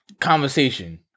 conversation